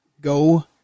go